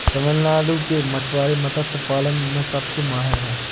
तमिलनाडु के मछुआरे मत्स्य पालन में सबसे माहिर हैं